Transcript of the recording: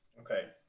Okay